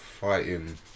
fighting